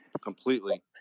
completely